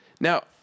Now